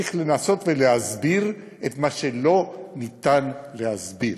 צריך לנסות להסביר את מה שלא ניתן להסבר.